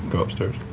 go upstairs.